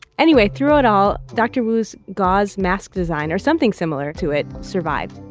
anyway, through it all dr. wu's gauze mask design or something similar to it survived.